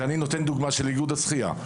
כך באיגוד השחייה,